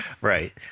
Right